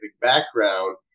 background